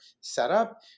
setup